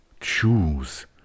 choose